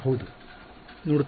ನಾನು ಹೌದು ನೋಡುತ್ತೇನೆ